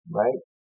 right